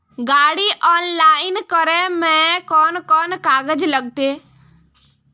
गाड़ी ऑनलाइन करे में कौन कौन कागज लगते?